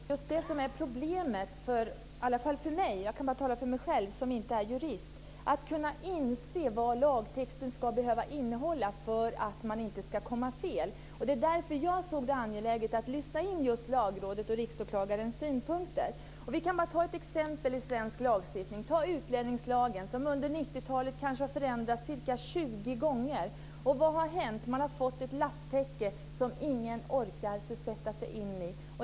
Herr talman! Det som just är problemet, i alla fall för mig - jag kan bara tala för mig själv, som inte är jurist - är att kunna inse vad lagtexten ska behöva innehålla för att man inte ska hamna fel. Det var därför som jag såg det som angeläget att lyssna in just Vi kan bara ta ett exempel i svensk lagstiftning, utlänningslagen, som under 90-talet har förändrats ca 20 gånger. Och vad har hänt? Man har fått ett lapptäcke som ingen orkar sätta sig in i.